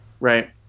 right